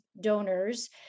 donors